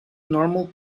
normal